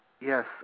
Yes